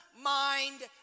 mind